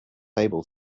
able